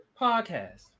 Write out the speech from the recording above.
podcast